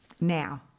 Now